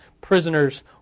prisoners